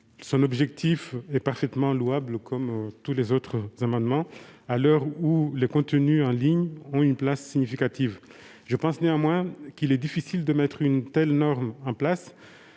Son objectif est parfaitement louable, comme celui de tous les autres amendements, à l'heure où les contenus en ligne prennent une place significative. Je pense néanmoins qu'il serait difficile de mettre en place